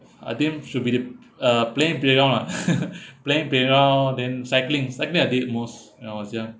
I think should be the uh playing piano lah playing piano then cycling cycling I did most when I was young